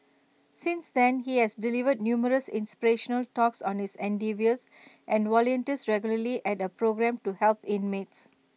since then he has delivered numerous inspirational talks on his endeavours and volunteers regularly at A programme to help inmates